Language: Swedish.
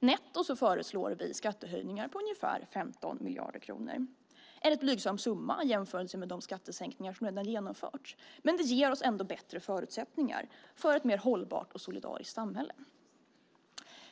Netto föreslår vi skattehöjningar på ungefär 15 miljarder kronor, en rätt blygsam summa jämfört med de skattesänkningar som genomförts, men det ger oss ändå bättre förutsättningar för ett mer hållbart och solidariskt samhälle.